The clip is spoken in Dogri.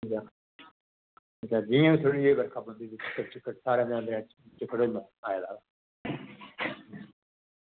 ते जियां बी थोह्ड़ी जेही बरखा पौंदी